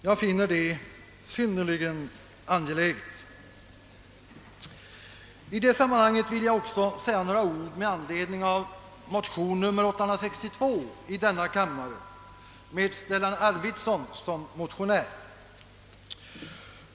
Jag finner det synnerligen angeläget. I detta sammanhang vill jag också säga några ord med anledning av motion II: 862 med Stellan Arvidson som motionär.